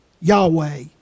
Yahweh